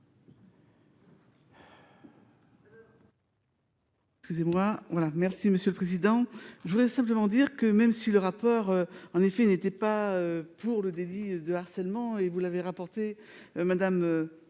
Excusez-moi, voilà merci Monsieur le Président, je voudrais simplement dire que même si le rapport en effet il n'était pas pour le délit de harcèlement et vous l'avez rapporté Madame